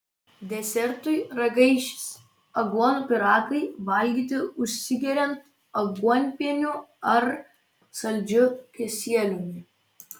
desertui ragaišis aguonų pyragai valgyti užsigeriant aguonpieniu ar saldžiu kisieliumi